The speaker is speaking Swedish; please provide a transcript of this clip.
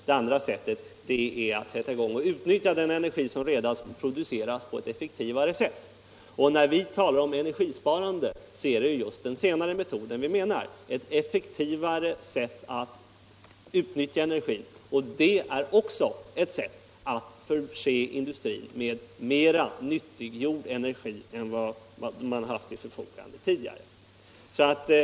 Det andra sättet är att utnyttja den energi som redan producerats på ett effektivare sätt. När vi talar energisparande är det just den senare metoden vi menar — ett effektivare sätt att utnyttja energin. Det är också ett sätt att förse industrin med mer nyttiggjord energi än vad den tidigare haft till sitt förfogande.